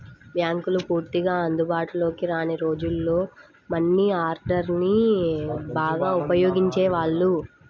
బ్యేంకులు పూర్తిగా అందుబాటులోకి రాని రోజుల్లో మనీ ఆర్డర్ని బాగా ఉపయోగించేవాళ్ళు